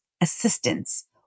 assistance